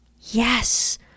Yes